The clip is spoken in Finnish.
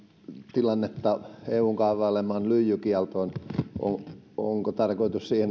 tilannetta eun kaavailemassa lyijykiellossa onko tarkoitus siihen